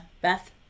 Beth